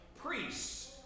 priests